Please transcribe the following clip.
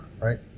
right